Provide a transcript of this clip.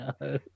No